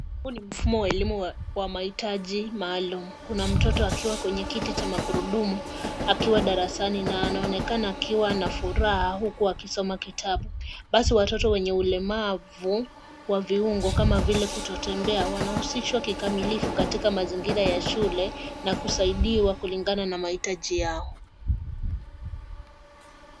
Huu ni mfumo wa elimu wa mahitaji maalum. Kuna mtoto akiwa kwenye kiti cha magurudumu akiwa darasani na anaonekana akiwa na furaha huku akisoma kitabu. Basi watoto wenye ulemavu wa viungo kama vile kutotembea wanahusishwa kikamilifu katika mazingira ya shule na kusaidiwa kulingana na mahitaji yao.